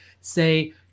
say